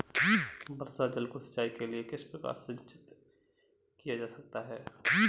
वर्षा जल को सिंचाई के लिए किस प्रकार संचित किया जा सकता है?